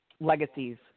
legacies